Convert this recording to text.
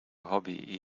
hobby